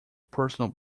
personal